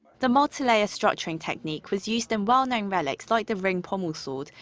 the multilayer structuring technique was used in well-known relics like the ring-pommel sword,